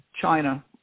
China